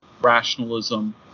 rationalism